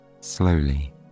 slowly